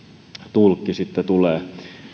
tulkki sitten tulee